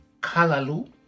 kalalu